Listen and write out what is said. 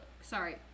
sorry